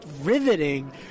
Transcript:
riveting